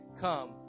Come